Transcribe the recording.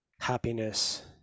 happiness